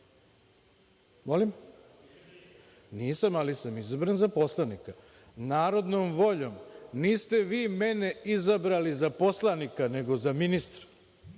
dobacuje.)Nisam, ali sam izabran za poslanika narodnom voljom. Niste vi mene izabrali za poslanika nego za ministra.